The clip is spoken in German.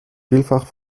vielfach